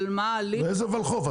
איזה ולחו"ף?